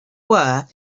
were